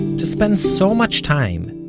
to spend so much time,